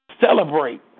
Celebrate